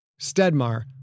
Stedmar